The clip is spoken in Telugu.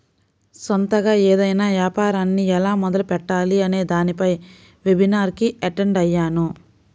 సొంతగా ఏదైనా యాపారాన్ని ఎలా మొదలుపెట్టాలి అనే దానిపై వెబినార్ కి అటెండ్ అయ్యాను